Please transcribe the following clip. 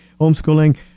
Homeschooling